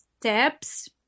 steps